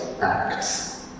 acts